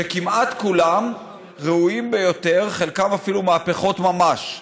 שכמעט כולם ראויים ביותר, חלקם אפילו מהפכות ממש: